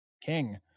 King